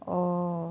oh